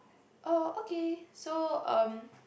oh okay so um